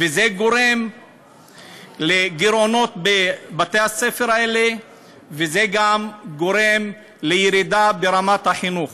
וזה גורם לגירעונות בבתי-הספר האלה וזה גם גורם לירידה ברמת החינוך.